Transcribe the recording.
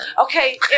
Okay